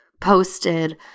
posted